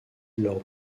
lors